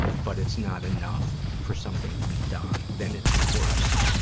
but it's not enough for something to be done, then it's worse.